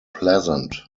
pleasant